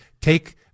take